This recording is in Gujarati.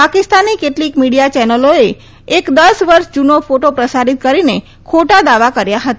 પાકિસ્તાનની કેટલીક મીડિયા ચેનલોએ એક દસ વર્ષ જૂનો ફોટો પ્રસારિત કરીને ખોટા દાવા કર્યા હતા